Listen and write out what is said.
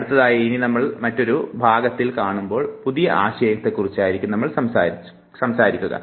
അടുത്തതായി കണ്ടുമുട്ടുമ്പോൾ ഒരു പുതിയ ആശയത്തെക്കുറിച്ചായിരിക്കും നാം സംസാരിക്കുക